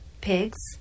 pigs